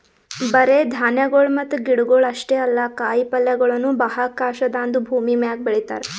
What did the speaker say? ಬರೇ ಧಾನ್ಯಗೊಳ್ ಮತ್ತ ಗಿಡಗೊಳ್ ಅಷ್ಟೇ ಅಲ್ಲಾ ಕಾಯಿ ಪಲ್ಯಗೊಳನು ಬಾಹ್ಯಾಕಾಶದಾಂದು ಭೂಮಿಮ್ಯಾಗ ಬೆಳಿತಾರ್